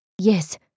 Yes